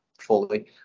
fully